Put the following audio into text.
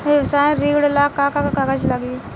व्यवसाय ऋण ला का का कागज लागी?